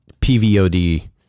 PVOD